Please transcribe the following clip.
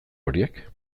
horiek